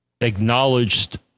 acknowledged